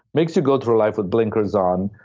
makes you go through life with blinkers on,